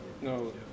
no